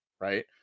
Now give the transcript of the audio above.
Right